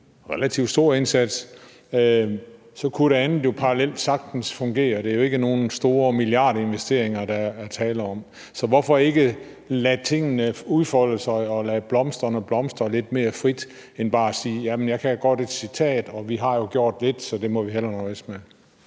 relativt stor indsats, og det andet kunne jo sagtens fungere parallelt med det. Det er jo ikke nogen store milliardinvesteringer, der er tale om. Så hvorfor ikke lade tingene udfolde sig og lade blomsterne blomstre lidt mere frit i stedet for bare at sige: Jeg kender et citat, og vi har jo gjort lidt, så det må vi hellere nøjes med?